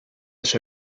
sue